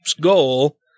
goal